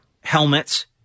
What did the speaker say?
helmets